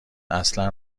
اصلا